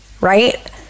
right